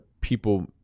people